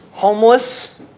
Homeless